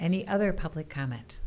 any other public comment